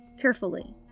carefully